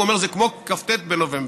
ואומר: זה כמו כ"ט בנובמבר.